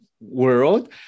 world